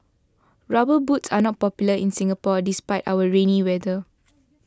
rubber boots are not popular in Singapore despite our rainy weather